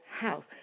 house